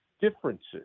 differences